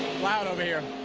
loud over here.